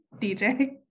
DJ